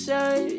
Say